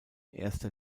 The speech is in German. erster